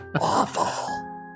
awful